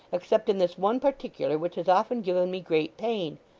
except in this one particular which has often given me great pain.